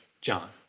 John